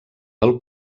del